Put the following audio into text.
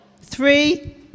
Three